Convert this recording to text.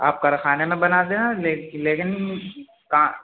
آپ کار خانے میں بناتے ہیں لیکن